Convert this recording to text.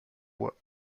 bois